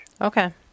Okay